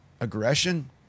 aggression